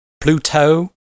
Pluto